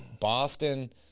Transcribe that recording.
Boston